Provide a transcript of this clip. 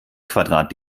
quadrat